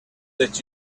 that